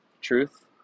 truth